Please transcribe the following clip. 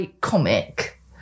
Comic